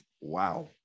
wow